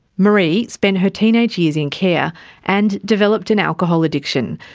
maree spent her teenage years in care and developed an alcohol addiction.